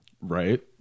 right